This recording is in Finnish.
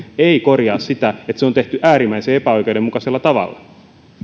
ei korjaa sitä että se on tehty äärimmäisen epäoikeudenmukaisella tavalla